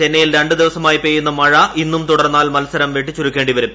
ചെന്നൈയിൽ രണ്ടുദിവസമായി പെയ്യുന്ന മഴ ഇന്നും തുടർന്നാൽ മത്സരം വെട്ടിച്ചുരുക്കേണ്ടി വരും